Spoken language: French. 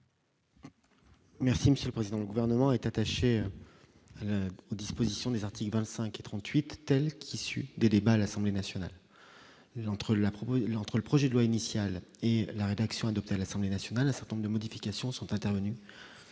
monsieur le président, le gouvernement est attaché aux dispositions des articles 25 et 38 telle qu'issue des débats à l'Assemblée nationale entre la promo entre le projet de loi initial et la rédaction adoptée à l'Assemblée nationale, un certain nombre de modifications sont intervenues